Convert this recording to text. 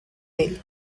ele